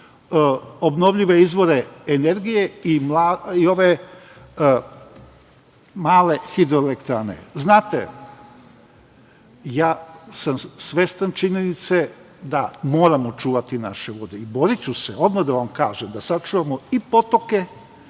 obnovljive izvore energije i ove male hidroelektrane. Znate, ja sam svestan činjenice da moramo čuvati i boriću se, odmah da vam kažem, da sačuvamo i potoke,